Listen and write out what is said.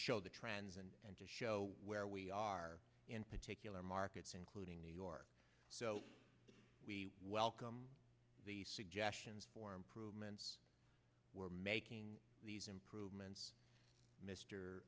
show the trends and to show where we are in particular markets including new york so we welcome the suggestions for improvements we're making these improvements